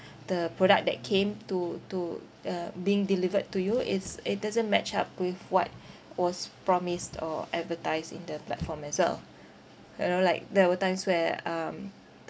the product that came to to uh being delivered to you is it doesn't match up with what was promised or advertised in the platform as well you know like there were times where um